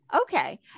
okay